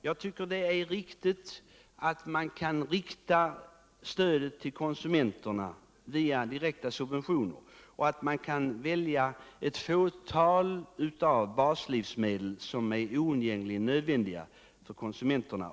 Jag tycker det är riktigt att stödet kan riktas till konsumenterna via direkta subventioner till dem som bäst behöver det stödet och att man kan välja ett fåtal av de baslivsmedel som är oundgängligen nödvändiga för konsumenterna.